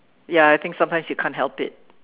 ya I think sometimes you can't help it